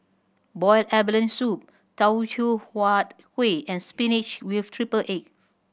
boiled abalone soup Teochew Huat Kueh and spinach with triple egg